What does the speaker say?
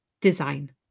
Design